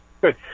Good